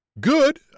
Good